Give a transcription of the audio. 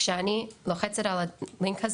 כשאני לוחצת על הלינק,